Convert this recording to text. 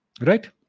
Right